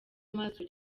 amaso